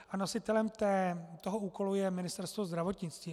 A nositelem toho úkolu je Ministerstvo zdravotnictví.